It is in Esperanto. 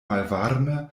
malvarme